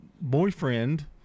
boyfriend